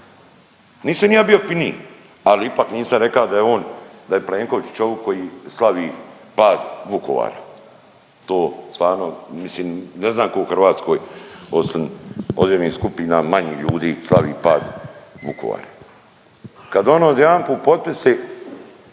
Nisam ni ja bio finiji ali ipak nisam reka da je on, da je Plenković čovik koji slavi pad Vukovara. To stvarno mislim ne znam tko u Hrvatskoj osim /Govornik se ne razumije./ skupina manjih ljudi slavi pad Vukovara. Kad ono odjedanput potpisi.